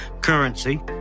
currency